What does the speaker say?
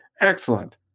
Excellent